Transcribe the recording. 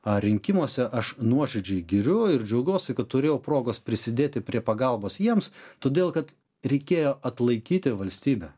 ar rinkimuose aš nuoširdžiai giriu ir džiaugiuosi kad turėjau progos prisidėti prie pagalbos jiems todėl kad reikėjo atlaikyti valstybę